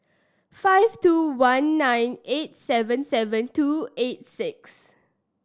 five two one nine eight seven seven two eight six